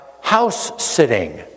house-sitting